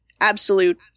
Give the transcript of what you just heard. absolute